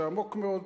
זה עמוק מאוד,